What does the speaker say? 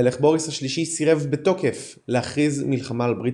המלך בוריס השלישי סירב בתוקף להכריז מלחמה על ברית